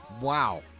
Wow